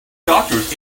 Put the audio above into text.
doctors